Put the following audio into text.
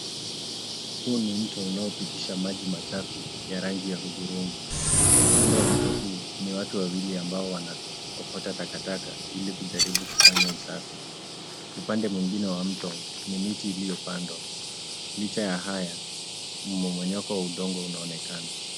Huu ni mto unaopitisha maji machafu ya rangi ya hudhurungi. Kando ya mto huu, ni watu wawili ambao wanaokota takataka ili kujaribu kufanya usafi. Upande mwingine wa mto, ni miti iliyopandwa. Licha ya haya, mmomonyoko wa udongo unaonekana.